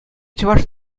чӑваш